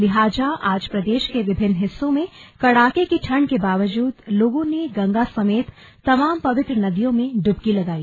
लिहाजा आज प्रदेश के विभिन्न हिस्सों में कड़ाके की ठंड के बावजूद लोगों ने गंगा समेत तमाम पवित्र नदियों में डुबकी लगाई